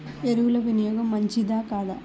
ఎరువుల వినియోగం మంచిదా కాదా?